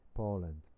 Poland